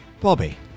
Bobby